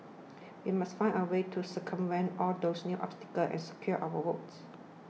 we must find a way to circumvent all those new obstacles and secure our votes